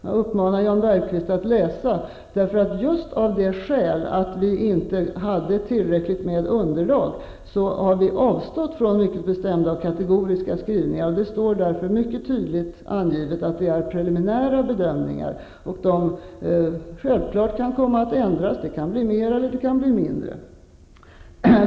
Jag uppmanar Jan Bergqvist att läsa dem, eftersom vi, just av det skälet att vi inte hade tillräckligt med underlag, har avstått från mycket bestämda kategoriska skrivningar. Det står därför mycket tydligt angivet att det är preliminära bedömningar och att de självfallet kan komma att ändras. Det kan bli mer, och det kan bli mindre.